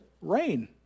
rain